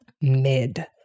mid